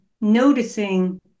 noticing